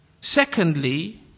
Secondly